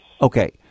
Okay